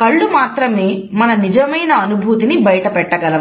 కళ్ళు మాత్రమే మన నిజమైన అనుభూతిని బయట పెట్టగలవు